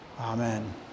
Amen